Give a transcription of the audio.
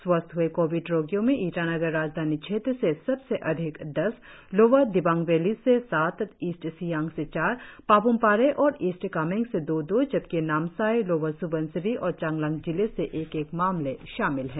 स्वस्थ हुए कोविड रोगियों में ईटानगर राजधानी क्षेत्र से सबसे अधिक दस लोअर दिबांग वैली से सात ईस्ट सियांग से चार पाप्म पारे और ईस्ट कामेंग से दो दो जबकि नामसाई लोअर सुबनसिरी और चांगलांग जिले से एक एक मामले शामिल है